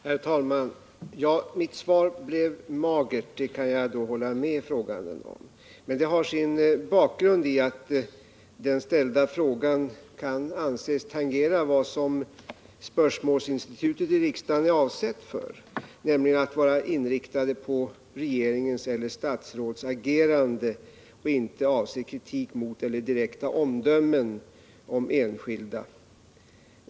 Herr talman! Ja, mitt svar blev magert, det kan jag hålla med den frågande om. Men det har sin bakgrund i att den ställda frågan kan anses bara tangera det som spörsmålsinstitutet i riksdagen är avsett för, nämligen att frågorna skall vara inriktade på regeringens eller statsråds agerande och inte avse kritik mot eller direkta omdömen om enskilda.